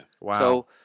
wow